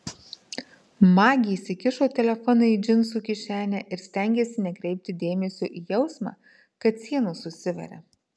magė įsikišo telefoną į džinsų kišenę ir stengėsi nekreipti dėmesio į jausmą kad sienos užsiveria